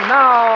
now